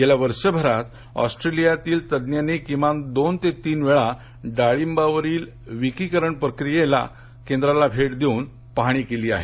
गेल्या वर्षभरात ऑस्ट्रेलियातील तज्ज्ञांनी किमान दोन ते तीन वेळा डाळिंबावरील विकिरण प्रक्रिया केंद्राला भेट देऊन पाहणी देखील केली आहे